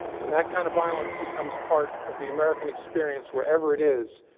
when that kind of violence becomes part of the american experience, wherever it is,